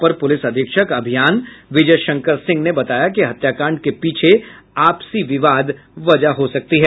अपर police अधीक्षक अभियान विजय शंकर सिंह ने बताया कि हत्याकांड के पीछे आपसी विवाद है